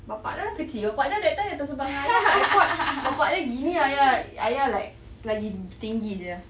bapa dia orang kecil bapa dia orang that time datang sembang dengan ayah I thought bapa dia gini ayah ayah like lagi tinggi jer